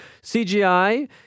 CGI